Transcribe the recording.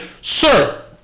Sir